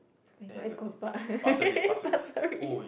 eh not East-Coast-Park Pasir-Ris